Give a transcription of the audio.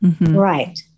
Right